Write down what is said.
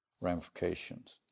ramifications